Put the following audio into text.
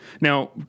Now